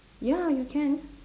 ya you can